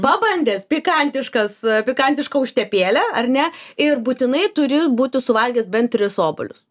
pabandęs pikantiškas pikantišką užtepėlę ar ne ir būtinai turi būti suvalgęs bent tris obuolius